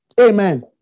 Amen